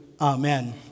Amen